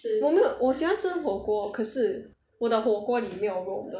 我没有我喜欢吃火锅可是我的火锅里没有肉的